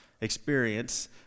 experience